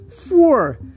Four